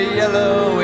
yellow